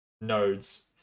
nodes